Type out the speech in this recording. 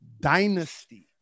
dynasty